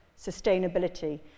sustainability